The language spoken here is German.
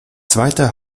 zweiter